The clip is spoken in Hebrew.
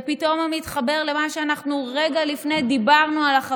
זה פתאום מתחבר למה שאנחנו רגע לפני כן דיברנו עליו,